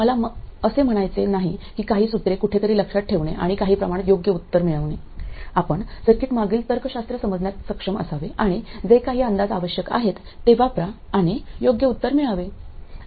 मला असे म्हणायचे नाही की काही सूत्रे कुठेतरी लक्षात ठेवणे आणि काही प्रमाणात योग्य उत्तर मिळणे आपण सर्किट मागील तर्कशास्त्र समजण्यास सक्षम असावे आणि जे काही अंदाज आवश्यक आहेत ते वापरा आणि योग्य उत्तर मिळावे